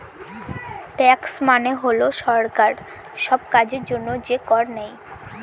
tax মানে হল সরকার সব কাজের জন্য যে কর নেয়